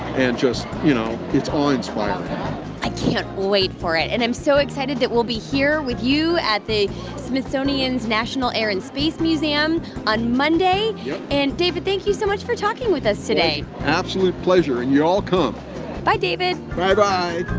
and just you know it's awe-inspiring i can't wait for it. and i'm so excited that we'll be here with you at the smithsonian's national air and space museum on monday yup and, david, thank you so much for talking with us today absolute pleasure. and y'all come bye, david bye-bye